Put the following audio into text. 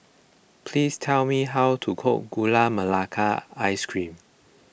please tell me how to cook Gula Melaka Ice Cream